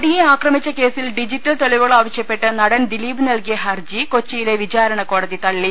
നടിയെ ആക്രമിച്ച കേസിൽ ഡിജിറ്റൽ തെളിവുകൾ ആവശ്യ പ്പെട്ട് നടൻ ദിലീപ് നൽകിയ ഹർജി കൊച്ചിയിലെ വിചാരണ കോടതി തള്ളി